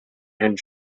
and